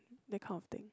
that kind of thing